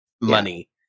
money